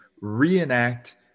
reenact